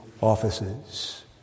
offices